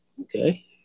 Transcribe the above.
okay